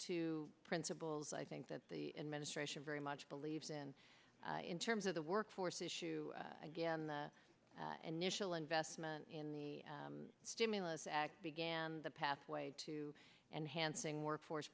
to principles i think that the administration very much believes in in terms of the workforce issue again the initial investment in the stimulus act began the pathway to enhancing workforce